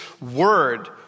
word